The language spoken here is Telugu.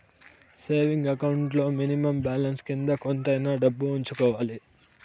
సేవింగ్ అకౌంట్ లో మినిమం బ్యాలెన్స్ కింద కొంతైనా డబ్బు ఉంచుకోవాలి